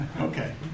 Okay